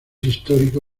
histórico